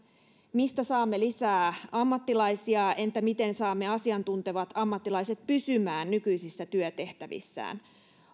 mistä saamme lisää ammattilaisia entä miten saamme asiantuntevat ammattilaiset pysymään nykyisissä työtehtävissään